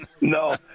No